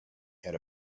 had